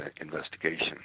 investigation